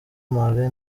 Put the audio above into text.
marley